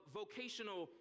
vocational